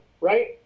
right